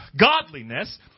godliness